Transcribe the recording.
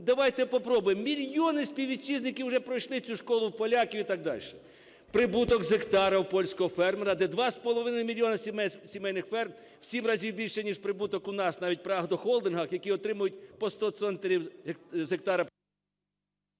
Давайте попробуємо. Мільйони співвітчизників уже пройшли цю школу в поляків і так дальше. Прибуток з гектара в польського фермера, де 2,5 мільйони сімейних ферм, у сім разів більше, ніж прибуток у нас, навіть в агрохолдингах, які отримують по 100 центрів з гектара…